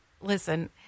listen